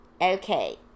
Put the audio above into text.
Okay